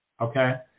Okay